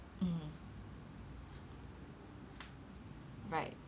mm right